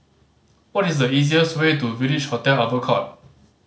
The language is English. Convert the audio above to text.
what is the easier's way to Village Hotel Albert Court